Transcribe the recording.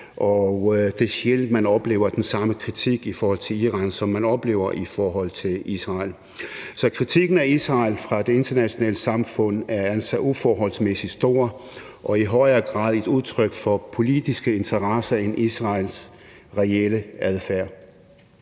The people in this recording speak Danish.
og det er sjældent, man oplever den samme kritik over for Iran, som man oplever over for Israel. Så kritikken af Israel fra det internationale samfunds side er altså uforholdsmæssig stor og i højere grad et udtryk for politiske interesser end for Israels reelle adfærd.